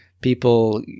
people